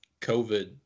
COVID